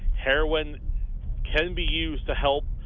heroin can be used to help